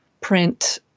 print